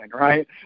right